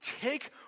take